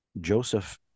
Joseph